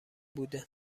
بوده